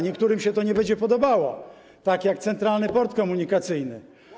Niektórym się to nie będzie podobało, tak jak Centralny Port Komunikacyjny.